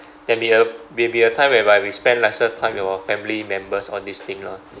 there'll be a will be a time whereby we spend lesser time with our family members on this thing lah